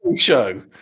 show